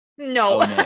No